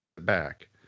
back